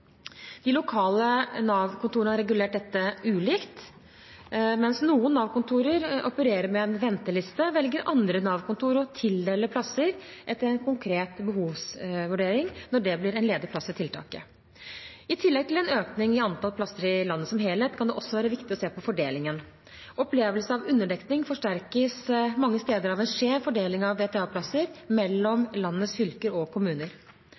De lokale Nav-kontorene har regulert dette ulikt. Mens noen Nav-kontor opererer med en venteliste, velger andre Nav-kontor å tildele plasser etter en konkret behovsvurdering når det blir en ledig plass i tiltaket. I tillegg til en økning i antall plasser i landet som helhet kan det også være viktig å se på fordelingen. Opplevelse av underdekning forsterkes mange steder av en skjev fordeling av VTA-plasser mellom landets fylker og kommuner.